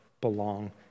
belong